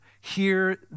hear